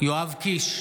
יואב קיש,